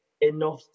enough